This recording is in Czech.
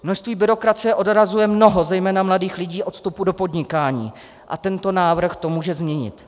Množství byrokracie odrazuje mnoho zejména mladých lidí od vstupu do podnikání a tento návrh to může změnit.